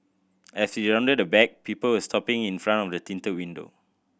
as we rounded the back people were stopping in front of a tinted window